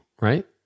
right